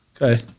Okay